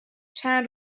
چند